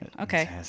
Okay